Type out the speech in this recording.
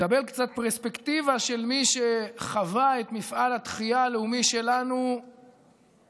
לקבל קצת פרספקטיבה של מי שחווה את מפעל התחייה הלאומי שלנו מאפס,